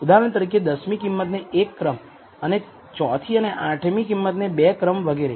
ઉદાહરણ તરીકે દસમી કિંમતને 1 ક્રમ ચોથી અને આઠમી કિંમત ને 2 ક્રમ વગેરે